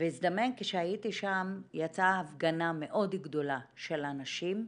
והזדמן כשהייתי שם יצאה הפגנה מאוד גדולה של הנשים באירלנד,